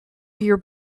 your